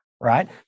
Right